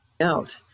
out